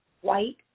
White